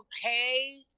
okay